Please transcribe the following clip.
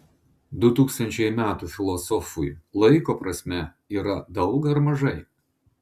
du tūkstančiai metų filosofui laiko prasme yra daug ar mažai